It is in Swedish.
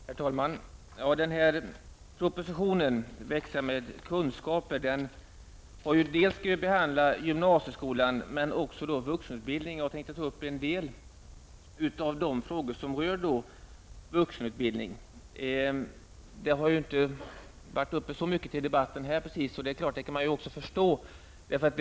Herr talman! Med anledning av den aktuella propositionen, som har titeln Växa med kunskaper, har vi att behandla frågor som rör gymnasieskolan och vuxenutbildningen. Jag tänker här ta upp en del av de frågor som rör vuxenutbildningen, som ju inte har debatterats särskilt mycket här. I och för sig kan jag förstå det.